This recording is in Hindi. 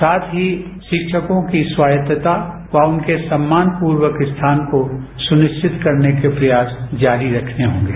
साथ ही शिक्षकों की स्वायत्ता व उनके सम्मानपूर्वक स्थान को सुनिश्चित करने के प्रयास जारी रखने होंगे